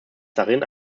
darin